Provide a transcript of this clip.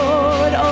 Lord